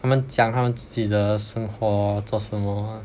他们讲他们自己的生活做什么 ah